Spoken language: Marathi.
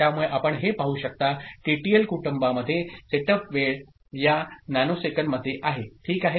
त्यामुळे आपण हे पाहू शकताTTL कुटुंबा मध्ये सेटअप वेळया नॅनोसेकंद मध्ये आहे ठीक आहेत